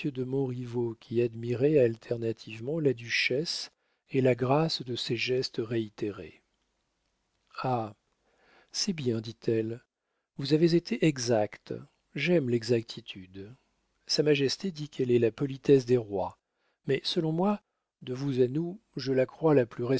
de montriveau qui admirait alternativement la duchesse et la grâce de ses gestes réitérés ah c'est bien dit-elle vous avez été exact j'aime l'exactitude sa majesté dit qu'elle est la politesse des rois mais selon moi de vous à nous je la crois la plus